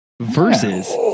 Versus